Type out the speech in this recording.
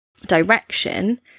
direction